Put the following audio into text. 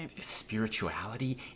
spirituality